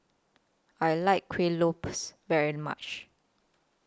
I like Kueh Lopes very much